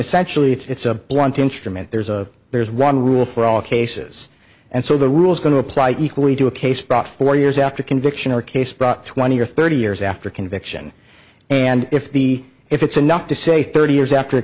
essentially it's a blunt instrument there's a there's one rule for all cases and so the rules going to apply equally to a case brought four years after conviction or case brought twenty or thirty years after conviction and if the if it's enough to say thirty years after